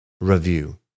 Review